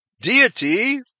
Deity